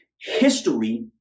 history